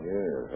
Yes